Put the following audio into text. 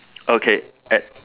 okay at